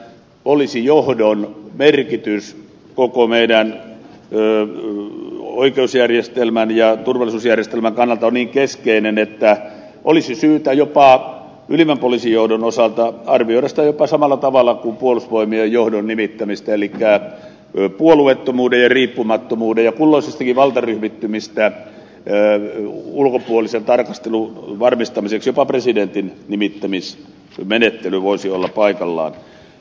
poliisijohdon merkitys on koko meidän oikeusjärjestelmän ja turvallisuusjärjestelmän kannalta niin keskeinen että olisi syytä ylimmän poliisijohdon osalta arvioida sitä jopa samalla tavalla kuin puolustusvoimien johdon nimittämistä elikkä puolueettomuuden ja riippumattomuuden ja kulloisistakin valtaryhmittymistä ulkopuolisen tarkastelun varmistamiseksi jopa presidentin nimittämismenettely voisi olla paikallaan